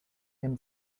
him